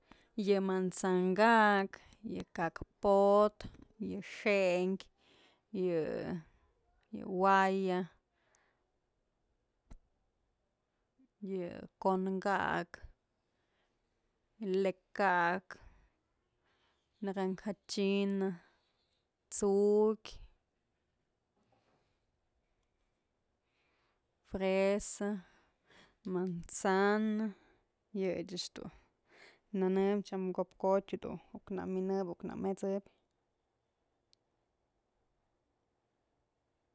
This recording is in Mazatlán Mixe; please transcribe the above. Yë manzan ka'ak, yë ka'al potë, yë xënkë, yë guaya, yë ko'on ka'ak, lëk ka'ak, naranaja china, t'sukye, fresa, manzana, yëch dun nënëm tyam ko'op kotyë dun uk në minëp uk në met'sëbyë.